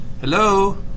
Hello